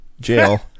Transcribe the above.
jail